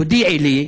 תודיעי לי,